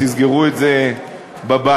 תסגרו את זה בבית,